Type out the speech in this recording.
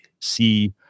see